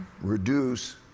reduce